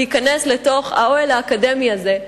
להיכנס לתוך האוהל האקדמי הזה,